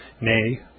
nay